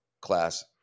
class